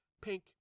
pink